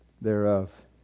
thereof